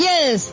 Yes